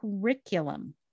curriculum